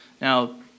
Now